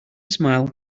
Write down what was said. smile